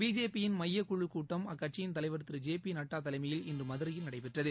BJP யின் மையக்குழுக் கூட்டம் அக்கட்சியின் தலைவர் திரு ஜெ பிநட்டாதலைமையில் இன்றுமதுரையில் நடைபெற்றது